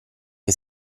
che